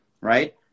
right